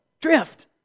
drift